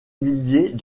milliers